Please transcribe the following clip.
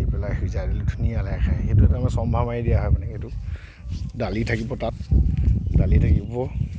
দি পেলাই সিঁজাই দিলোঁ ধুনীয়া লাগে খাই সেইটো এটা মোৰ চম্ভাৰ মাৰি দিয়া হয় মানে এইটো দালি থাকিব তাত দালি থাকিব